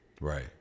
right